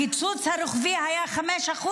הקיצוץ הרוחבי היה 5%,